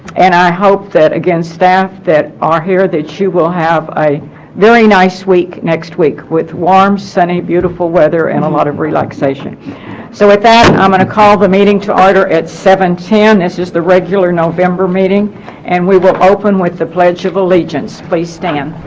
and i hope that again staff that are here that you will have a very nice week next week with warm sunny beautiful weather and a lot of relaxation so with that and i'm going to call the meeting to order at seven ten this is the regular november meeting and we will open with the pledge of allegiance please stand